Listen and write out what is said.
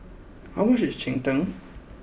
how much is Cheng Tng